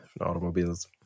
Automobiles